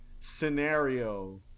scenario